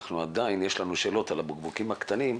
עדיין יש לנו שאלות על הבקבוקים הקטנים,